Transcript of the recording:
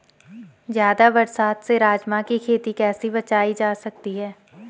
ज़्यादा बरसात से राजमा की खेती कैसी बचायी जा सकती है?